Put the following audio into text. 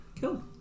Cool